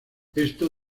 esto